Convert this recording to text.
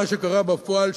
מה שקרה בפועל,